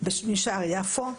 משער יפו.